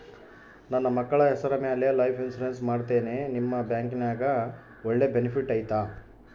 ನನ್ನ ಮಕ್ಕಳ ಹೆಸರ ಮ್ಯಾಲೆ ಲೈಫ್ ಇನ್ಸೂರೆನ್ಸ್ ಮಾಡತೇನಿ ನಿಮ್ಮ ಬ್ಯಾಂಕಿನ್ಯಾಗ ಒಳ್ಳೆ ಬೆನಿಫಿಟ್ ಐತಾ?